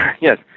Yes